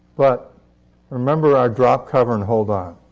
but remember our drop, cover, and hold on.